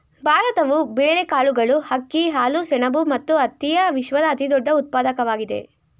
ಭಾರತವು ಬೇಳೆಕಾಳುಗಳು, ಅಕ್ಕಿ, ಹಾಲು, ಸೆಣಬು ಮತ್ತು ಹತ್ತಿಯ ವಿಶ್ವದ ಅತಿದೊಡ್ಡ ಉತ್ಪಾದಕವಾಗಿದೆ